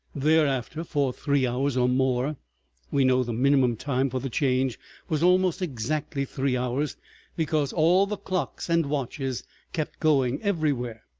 thereafter, for three hours or more we know the minimum time for the change was almost exactly three hours because all the clocks and watches kept going everywhere,